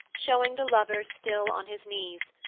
showing the lover still on his knees,